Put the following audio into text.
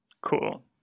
cool